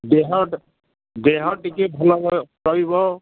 ଦେହ ଦେହ ଟିକିଏ ଭଲ ରହିବ